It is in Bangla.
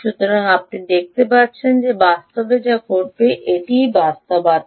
সুতরাং আপনি দেখতে পাচ্ছেন যে বাস্তবে যা ঘটবে এটিই বাস্তবতা